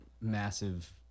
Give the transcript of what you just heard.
massive